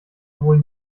wohl